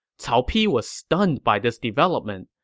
cao pi was stunned by this development,